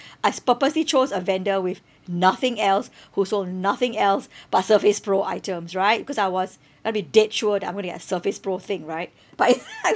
I s~ purposely chose a vendor with nothing else who sold nothing else but Surface Pro items right cause I was got to be dead sure that I'm going to get Surface Pro thing right but